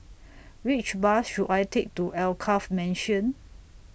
Which Bus should I Take to Alkaff Mansion